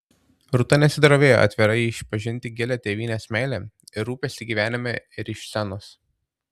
rūta nesidrovėjo atvirai išpažinti gilią tėvynės meilę ir rūpestį gyvenime ir iš scenos